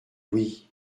oui